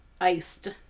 Iced